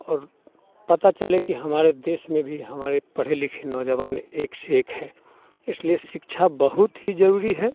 और पता चले कि हमारे देश में भी हमारे पढ़े लिखे नौजवान एक से एक है इसलिए शिक्षा बहुत ही जरूरी है